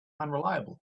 unreliable